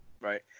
Right